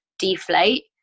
deflate